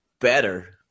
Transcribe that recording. better